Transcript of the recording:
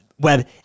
Web